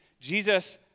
Jesus